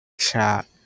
chat